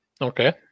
Okay